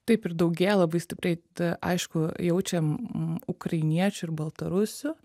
taip ir daugėja labai stipriai tai aišku jaučiam ukrainiečių ir baltarusių